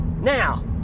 Now